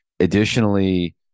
Additionally